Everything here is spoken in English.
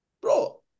bro